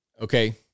Okay